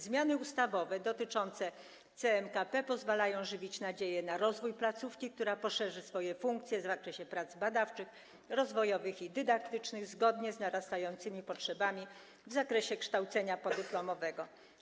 Zmiany ustawowe dotyczące CMKP pozwalają żywić nadzieję na rozwój placówki, która poszerzy swoje funkcje w zakresie prac badawczych, rozwojowych i dydaktycznych zgodnie z wzrastającymi potrzebami w zakresie kształcenia podyplomowego.